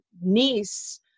niece